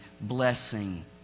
blessing